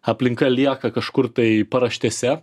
aplinka lieka kažkur tai paraštėse